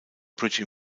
bridge